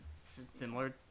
similar